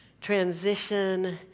transition